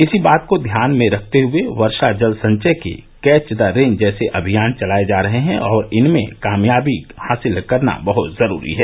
इसी बात को ध्यान में रखते हुए वर्षा जल संचय के कैच द रेन जैसे अभियान चलाये जा रहे हैं और इनमें कामयाबी हासिल करना बहत जरूरी है